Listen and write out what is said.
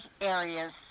areas